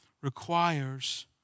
requires